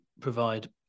provide